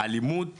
אלימות